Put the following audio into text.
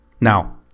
Now